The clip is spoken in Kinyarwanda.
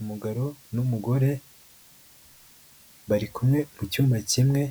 Umugabo n'umugore bari kumwe mu cyuma kimwe,